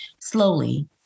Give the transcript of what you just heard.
Slowly